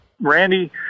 Randy